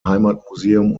heimatmuseum